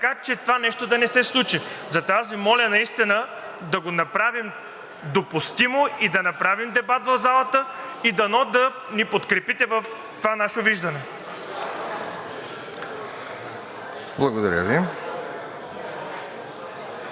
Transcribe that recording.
така, че това да не се случи. Затова Ви моля наистина да го направите допустимо, да направим дебат в залата и да ни подкрепите в това наше виждане. ПРЕДСЕДАТЕЛ